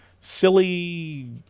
silly